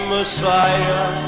Messiah